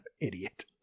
Idiot